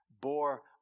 bore